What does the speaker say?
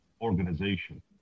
organization